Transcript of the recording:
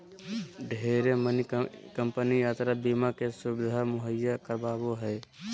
ढेरे मानी कम्पनी यात्रा बीमा के सुविधा मुहैया करावो हय